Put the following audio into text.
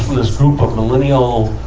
from this group of millennial,